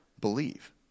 believe